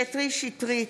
קטי שטרית,